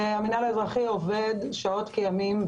המינהל האזרחי עובד לילות כימים,